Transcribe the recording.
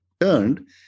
turned